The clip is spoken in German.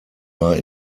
war